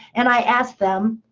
and i ask them,